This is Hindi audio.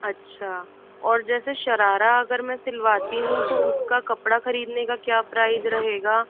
अच्छा और जैसे शरारा अगर मैं सिलवाती हूँ तो उसका कपड़ा खरीदने का क्या प्राइस रहेगा